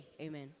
amen